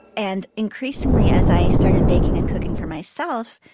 and increasingly, as i started baking and cooking for myself.